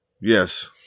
Yes